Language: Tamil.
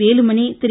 வேலுமணி திரு